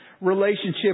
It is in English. relationship